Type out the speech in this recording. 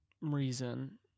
reason